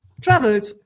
traveled